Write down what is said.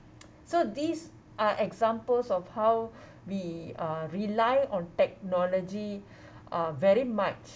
so these are examples of how we uh rely on technology uh very much